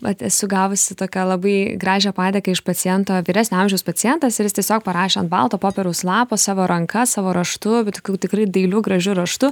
vat gavusi tokią labai gražią padėką iš paciento vyresnio amžiaus pacientas ir jis tiesiog parašė ant balto popieriaus lapo savo ranka savo raštu tokiu tikrai dailiu gražiu raštu